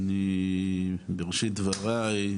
אני בראשית דבריי,